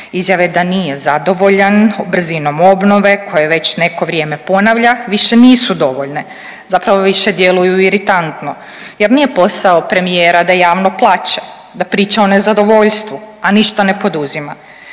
Izjave da nije zadovoljan brzinom obnove koju već neko vrijeme ponavlja više nisu dovoljne, zapravo više djeluju iritantno jer nije posao premijera da javno plaće, da priča o nezadovoljstvu a ništa ne poduzima.